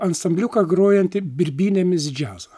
ansambliuką grojantį birbynėmis džiazą